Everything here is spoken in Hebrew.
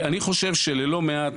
אני חושב שללא מעט,